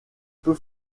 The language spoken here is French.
peu